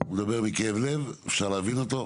הוא מדבר מכאב לב, אפשר להבין אותו.